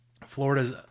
Florida's